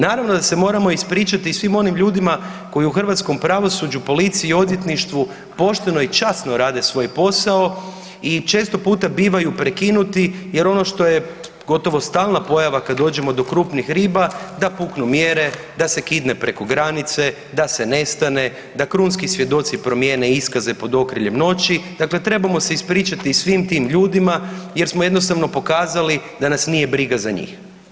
Naravno da se moramo ispričati i svim onim ljudima koji u hrvatskom pravosuđu, policiji i odvjetništvu pošteno i časno rade svoj posao i često puta bivaju prekinuti jer ono što je gotovo stalna pojava kad dođemo do krupnih riba, da puknu mjere, da se kidne preko granice, da se nestane, da krunski svjedoci promijene iskaze pod okriljem noći, dakle trebamo se ispričati i svim tim ljudima jer smo jednostavno pokazali da nas nije briga za njih.